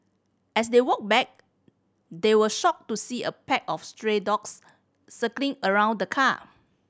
as they walked back they were shocked to see a pack of stray dogs circling around the car